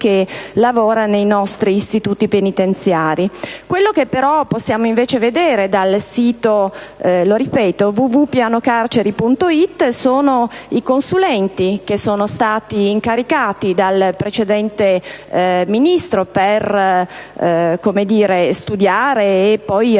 che lavora nei nostri istituti penitenziari. Possiamo però vedere sul sito - lo ripeto - «www.pianocarceri.it» i consulenti che sono stati incaricati dal precedente Ministro per studiare e poi realizzare